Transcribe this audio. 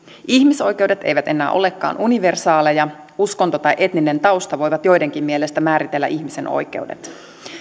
ihmisoikeudet eivät enää olekaan universaaleja uskonto tai etninen tausta voivat joidenkin mielestä määritellä ihmisen oikeudet